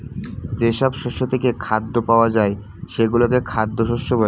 যেসব শস্য থেকে খাদ্য পাওয়া যায় সেগুলোকে খাদ্য শস্য বলে